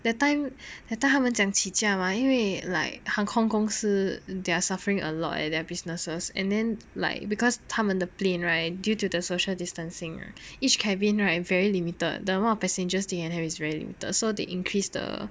that time that time 他们讲起价因为 like 航空公司 they're suffering a lot eh their businesses and then like because 他们 the plane right due to the social distancing each cabin right very limited the amount of passengers they can carry is very limited so they increase the